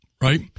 right